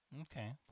Okay